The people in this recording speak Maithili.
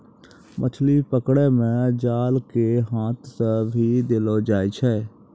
मछली पकड़ै मे जाल के हाथ से भी देलो जाय छै